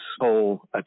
whole